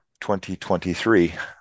2023